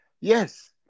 Yes